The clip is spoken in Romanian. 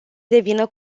devină